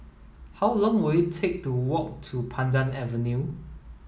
how long will it take to walk to Pandan Avenue